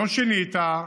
לא שינית,